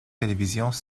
télévisions